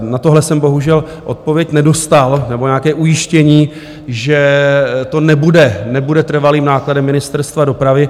Na tohle jsem bohužel odpověď nedostal nebo nějaké ujištění, že to nebude trvalým nákladem Ministerstva dopravy.